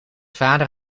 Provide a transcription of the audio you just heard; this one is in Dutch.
vader